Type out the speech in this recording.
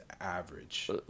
average